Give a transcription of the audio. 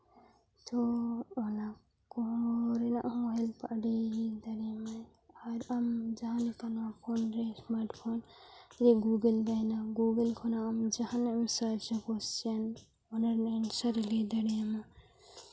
ᱛᱳ ᱚᱱᱟ ᱠᱚᱨᱮᱱᱟᱜ ᱦᱚᱸ ᱦᱮᱞᱯ ᱟᱹᱰᱤ ᱫᱟᱲᱮᱭᱟᱢᱟᱭ ᱟᱨ ᱟᱢ ᱡᱟᱦᱟᱸ ᱞᱮᱠᱟ ᱱᱚᱣᱟ ᱯᱷᱳᱱ ᱨᱮ ᱥᱢᱟᱨᱴ ᱯᱷᱳᱱ ᱜᱩᱜᱳᱞ ᱛᱟᱦᱮᱱᱟ ᱜᱩᱜᱚᱞ ᱠᱷᱚᱱᱟᱜ ᱟᱢ ᱡᱟᱦᱟᱱᱟᱜ ᱮᱢ ᱥᱟᱨᱪᱼᱟ ᱠᱚᱥᱪᱮᱱ ᱚᱱᱟ ᱨᱮᱱᱟᱜ ᱮᱱᱥᱟᱨ ᱮ ᱞᱟᱹᱭ ᱫᱟᱲᱮᱭᱟᱢᱟ